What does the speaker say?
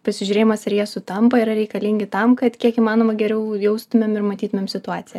pasižiūrėjimas ar jie sutampa yra reikalingi tam kad kiek įmanoma geriau jaustumėm ir matytumėm situaciją